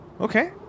Okay